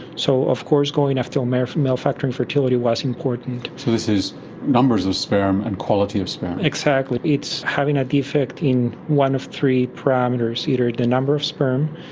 so of course going after the male factor infertility was important. so this is numbers of sperm and quality of sperm. exactly. it's having a defect in one of three parameters either the number of sperm,